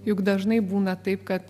juk dažnai būna taip kad